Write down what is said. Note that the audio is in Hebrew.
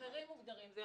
אבל זה